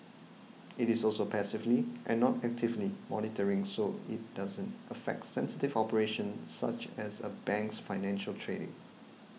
it is also passively and not actively monitoring so it doesn't affect sensitive operations such as a bank's financial trading